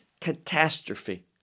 Catastrophe